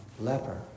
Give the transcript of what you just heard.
leper